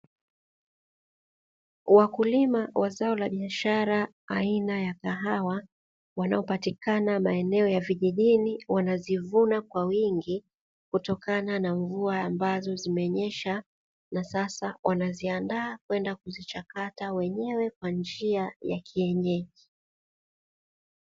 Wakulima wa zao la biashara aina ya kahawa wanaopatikana maeneo ya vijijini, wanazivuna kwa wingi kutokana na mvua ambazo zimenyesha na sasa wanaziandaa kwenda kuzichakata wenyewe kwa njia ya kienyeji.